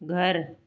घर